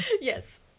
yes